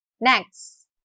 Next